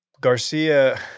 Garcia